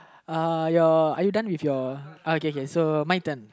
uh your are you done with your uh okay okay so my turn